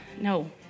no